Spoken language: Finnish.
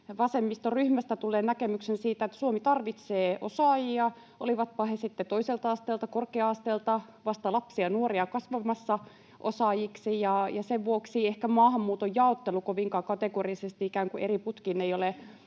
vasemmistoryhmästä tulleen näkemyksen siitä, että Suomi tarvitsee osaajia, olivatpa he sitten toiselta asteelta, korkea-asteelta tai vasta lapsia ja nuoria kasvamassa osaajiksi, ja sen vuoksi ehkä maahanmuuton jaottelu kovinkaan kategorisesti ikään kuin eri putkiin ei ole